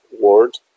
word